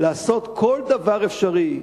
לעשות כל דבר אפשרי,